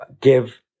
give